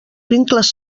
vincles